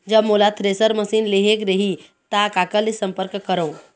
जब मोला thresher machine लेहेक रही ता काकर ले संपर्क करों?